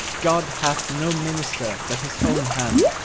god hath no minister but his own hand.